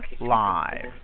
Live